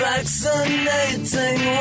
Vaccinating